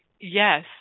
yes